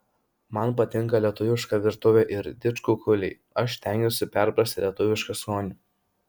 man patinka lietuviška virtuvė ir didžkukuliai aš stengiuosi perprasti lietuvišką skonį